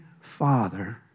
father